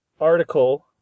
article